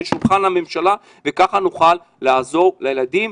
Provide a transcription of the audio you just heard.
לשולחן הממשלה וככה נוכל לעזור לילדים,